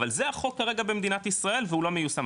אבל זה החוק כרגע במדינת ישראל והוא לא מיושם,